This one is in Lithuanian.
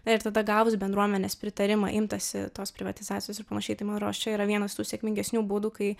na ir tada gavus bendruomenės pritarimą imtasi tos privatizacijos ir panašiai tai ma rodos čia yra vienas sėkmingesnių būdų kai